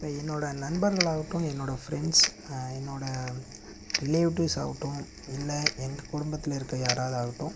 என்னோடய நண்பர்களாகட்டும் என்னோடய ஃபிரெண்ட்ஸ் என்னோட ரிலேடிவ்ஸ் ஆகட்டும் இல்லை எங்கள் குடும்பத்தில் இருக்கிற யாராவது ஆகட்டும்